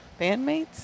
Bandmates